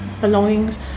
belongings